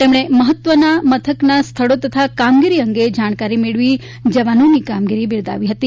તેમણે મથકના મહત્વના સ્થળો તથા કામગીરી અંગે જાણકારી મેળવીને જવાનોની કામગીરીને બિરદાવી હતી